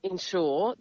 Ensure